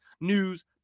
news